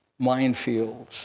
minefields